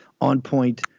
on-point